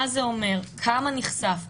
מה זה אומר, כמה נחשף ואיך.